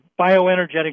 bioenergetic